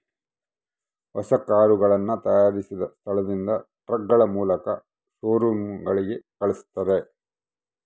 ಹೊಸ ಕರುಗಳನ್ನ ತಯಾರಿಸಿದ ಸ್ಥಳದಿಂದ ಟ್ರಕ್ಗಳ ಮೂಲಕ ಶೋರೂಮ್ ಗಳಿಗೆ ಕಲ್ಸ್ತರ